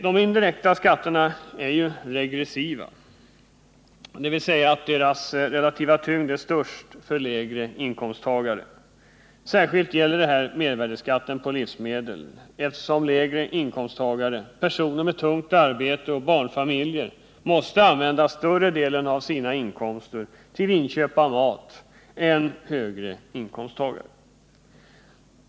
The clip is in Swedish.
De indirekta skatterna är regressiva, dvs. deras relativa tyngd är större för lägre inkomsttagare. Särskilt gäller detta mervärdeskatten på livsmedel, eftersom lägre inkomsttagare, personer med tungt arbete och barnfamiljer måste använda större del av sina inkomster till inköp av mat än högre inkomsttagare.